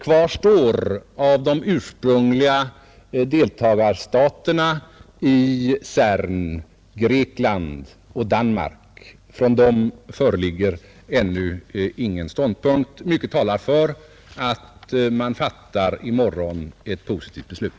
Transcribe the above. Kvar av de ursprungliga deltagarstaterna i CERN står Grekland och Danmark. Från dem föreligger ännu inget besked. Mycket talar för att man i morgon kommer att fatta ett positivt beslut.